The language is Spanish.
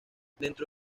dentro